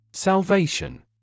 Salvation